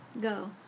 Go